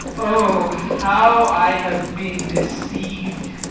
oh, how i have been deceived!